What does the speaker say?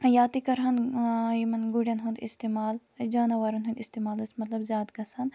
یا تہِ کَرہَن یِمَن گُرٮ۪ن ہُنٛد اِستعمال جاناوارَن ہُند اِستعمال اوس مطلب زیادٕ گَژھان